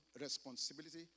responsibility